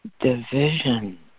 division